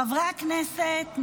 חברי הכנסת,